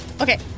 Okay